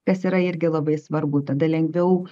kas yra irgi labai svarbu tada lengviau